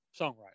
songwriter